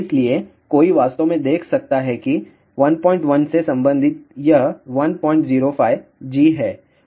इसलिए कोई वास्तव में देख सकता है कि 11 से संबंधित यह 105 G है